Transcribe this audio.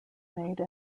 made